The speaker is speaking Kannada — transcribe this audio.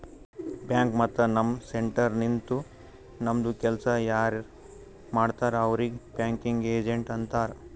ಬ್ಯಾಂಕ್ ಮತ್ತ ನಮ್ ಸೆಂಟರ್ ನಿಂತು ನಮ್ದು ಕೆಲ್ಸಾ ಯಾರ್ ಮಾಡ್ತಾರ್ ಅವ್ರಿಗ್ ಬ್ಯಾಂಕಿಂಗ್ ಏಜೆಂಟ್ ಅಂತಾರ್